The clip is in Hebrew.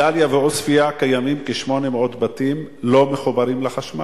בדאליה ובעוספיא קיימים כ-800 בתים לא מחוברים לחשמל.